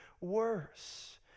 worse